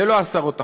זה לא עשרות אחוזים,